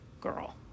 Girl